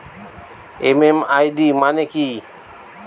MMID মানে কি?